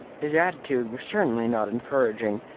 his attitude was certainly not encouraging,